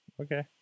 Okay